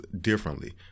differently